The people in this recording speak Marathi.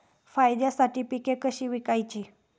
फायद्यासाठी पिके कशी विकायची?